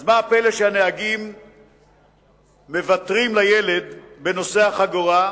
אז מה הפלא שהנהגים מוותרים לילד בנושא החגורה,